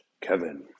Kevin